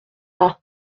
pas